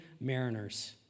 mariners